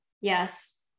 Yes